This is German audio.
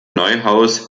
neuhaus